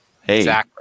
Hey